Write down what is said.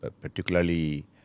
particularly